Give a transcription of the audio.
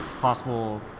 possible